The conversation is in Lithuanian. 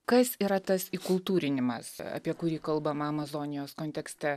kas yra tas įkultūrinimas apie kurį kalbama amazonijos kontekste